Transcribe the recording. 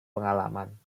pengalaman